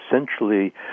essentially